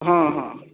हँ हँ